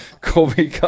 Kobe